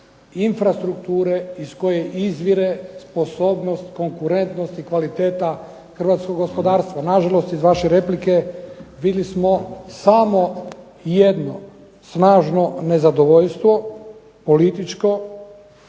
infrastrukture iz koje izvire sposobnost, konkurentnost i kvaliteta hrvatskog gospodarstva. Nažalost, iz vaše replike vidjeli smo samo jedno, snažno političko